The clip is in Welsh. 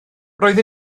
roedd